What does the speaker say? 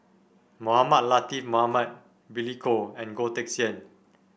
Mohamed Latiff Mohamed Billy Koh and Goh Teck Sian